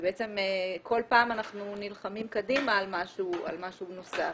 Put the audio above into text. כל פעם אנחנו נלחמים קדימה על משהו נוסף